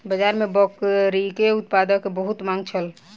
बाजार में बकरीक उत्पाद के बहुत मांग छल